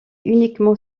uniquement